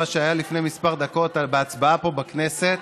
שהיה לפני כמה דקות בהצבעה פה בכנסת,